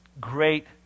great